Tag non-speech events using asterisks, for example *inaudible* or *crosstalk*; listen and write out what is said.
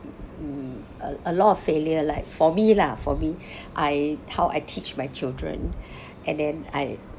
uh a lot of failures like for me lah for me *breath* I how I teach my children *breath* and then I